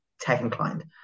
tech-inclined